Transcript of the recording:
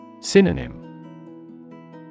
Synonym